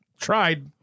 Tried